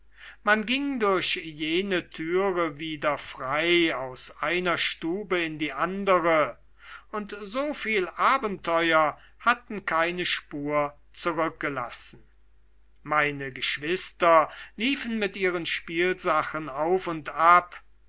man ging durch jene türe wieder frei aus einer stube in die andere und so viel abenteuer hatten keine spur zurückgelassen meine geschwister liefen mit ihren spielsachen auf und ab